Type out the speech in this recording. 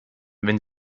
wenn